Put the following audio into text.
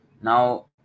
now